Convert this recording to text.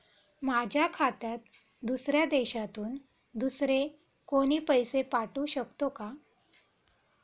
माझ्या खात्यात दुसऱ्या देशातून दुसरे कोणी पैसे पाठवू शकतो का?